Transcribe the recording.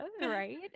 right